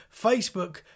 Facebook